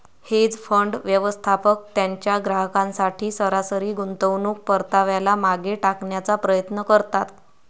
hedge fund, व्यवस्थापक त्यांच्या ग्राहकांसाठी सरासरी गुंतवणूक परताव्याला मागे टाकण्याचा प्रयत्न करतात